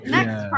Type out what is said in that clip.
Next